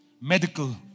medical